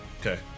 Okay